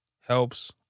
helps